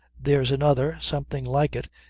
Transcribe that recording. there's another, something like it,